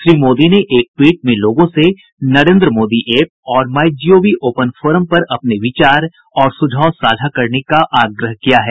श्री मोदी ने एक ट्वीट में लोगों से नरेन्द्र मोदी ऐप और my G O V open forum पर अपने विचार और सुझाव साझा करने का आग्रह किया है